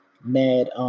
mad